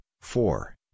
Four